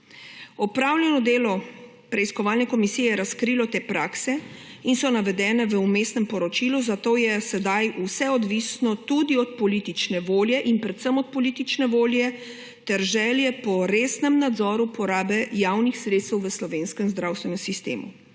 Opravljeno delo preiskovalne komisije je razkrilo te prakse in so navedene v vmesnem poročilu, zato je sedaj vse odvisno tudi od politične volje in predvsem od politične volje ter želje po resnem nadzoru porabe javnih sredstev v slovenskem zdravstvenem sistemu.